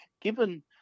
given